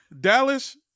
Dallas